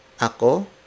Ako